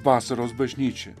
vasaros bažnyčia